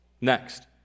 Next